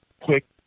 quick